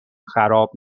خراب